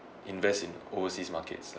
invest in overseas markets lah